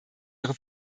ihre